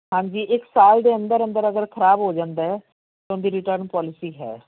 ਹਾਂਜੀ ਇੱਕ ਸਾਲ ਦੇ ਅੰਦਰ ਅੰਦਰ ਅਗਰ ਖਰਾਬ ਹੋ ਜਾਂਦਾ ਹੈ ਤਾਂ ਉਹਦੀ ਰਿਟਰਨ ਪੋਲਿਸੀ ਹੈ